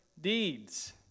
deeds